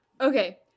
Okay